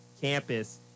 campus